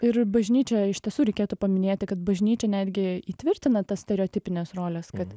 ir bažnyčioj iš tiesų reikėtų paminėti kad bažnyčia netgi įtvirtina tas stereotipines roles kad